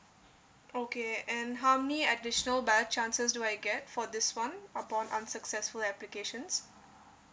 okay and how many additional ballot chances do I get for this [one] upon unsuccessful applications